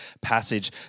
passage